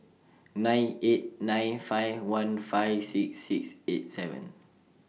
nine eight nine five one five six six eight seven